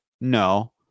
No